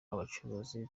abacuruzi